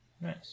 nice